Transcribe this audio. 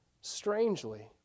strangely